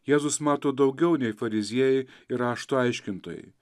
jėzus mato daugiau nei fariziejai ir rašto aiškintojai